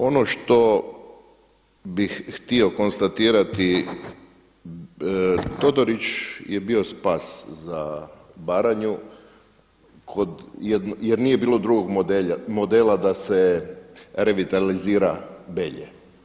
Ono što bih htio konstatirati, Todorić je bio spas za Baranju jer nije bilo drugog modela da se revitalizira Belje.